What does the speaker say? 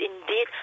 indeed